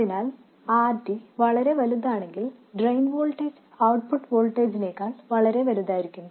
അതിനാൽ RD വളരെ വലുതാണെങ്കിൽ ഡ്രെയിൻ വോൾട്ടേജ് ഔട്ട്പുട്ട് വോൾട്ടേജിനേക്കാൾ വളരെ വലുതായിരിക്കും